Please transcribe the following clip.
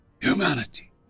Humanity